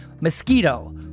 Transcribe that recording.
Mosquito